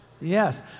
Yes